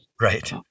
Right